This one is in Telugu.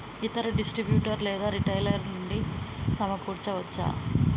ఇతర డిస్ట్రిబ్యూటర్ లేదా రిటైలర్ నుండి సమకూర్చుకోవచ్చా?